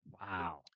Wow